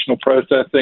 processing